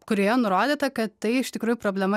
kurioje nurodyta kad tai iš tikrųjų problema